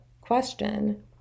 question